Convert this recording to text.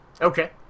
Okay